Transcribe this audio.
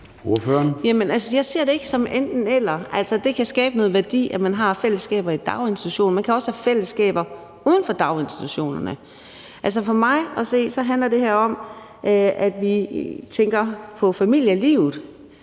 Jeg ser det ikke som et enten-eller. Altså, det kan skabe noget værdi, at man har fællesskaber i daginstitutioner. Man kan også have fællesskaber uden for daginstitutionerne. For mig at se handler det her om, at vi tænker på familielivet;